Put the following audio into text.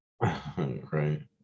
Right